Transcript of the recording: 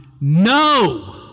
No